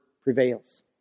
prevails